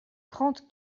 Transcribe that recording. trente